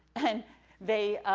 and they,